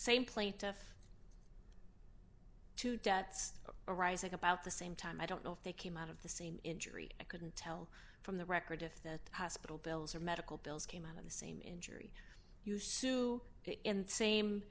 same plaintiff to debts arising about the same time i don't know if they came out of the same injury i couldn't tell from the record if that hospital bills or medical bills came out on the same injury you sue